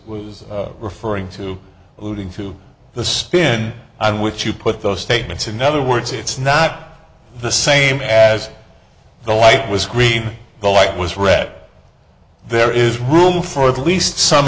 referring to alluding to the spin on which you put those statements in other words it's not the same as the light was green the light was red there is room for at least some